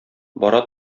бара